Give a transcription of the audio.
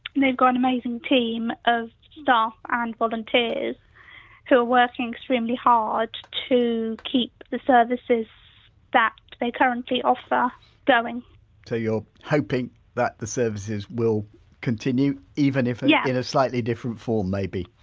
they've got an amazing team of staff ah and volunteers who are working extremely hard to keep the services that they currently offer going so, you're hoping that the services will continue, even if yeah in a slightly different form maybe?